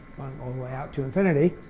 all the way out to infinity.